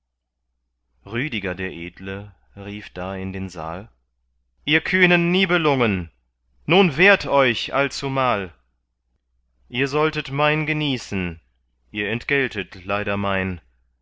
rüdiger der edle rief da in den saal ihr kühnen nibelungen nun wehrt euch allzumal ihr solltet mein genießen ihr entgeltet leider mein